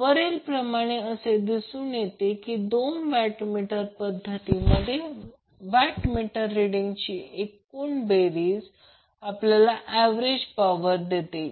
वरील प्रमाणे असे दिसून येते की 2 वॅट मीटर पद्धतमधील वॅट मीटर रिडिंगची बेरीज आपल्याला एकूण ऍव्हरेज पॉवर देते